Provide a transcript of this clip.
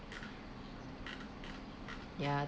ya